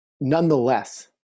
nonetheless